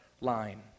line